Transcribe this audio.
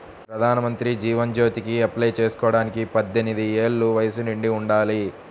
ప్రధానమంత్రి జీవన్ జ్యోతికి అప్లై చేసుకోడానికి పద్దెనిది ఏళ్ళు వయస్సు నిండి ఉండాలి